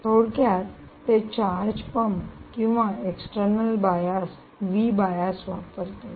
थोडक्यात ते charge pump किंवा एक्स्टर्नल बायास वापरतात